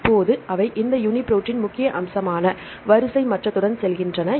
இப்போது அவை இந்த யூனிபிரோட்டின் முக்கிய அம்சமான வரிசை மட்டத்துடன் செல்கின்றன